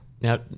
now